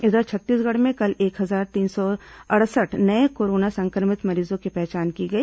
इधर छत्तीसगढ़ में कल एक हजार तीन सौ अड़सठ नये कोरोना संक्रमित मरीजों की पहचान की गई